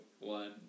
one